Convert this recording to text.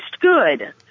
good